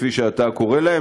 כפי שאתה קורא להן.